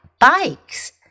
bikes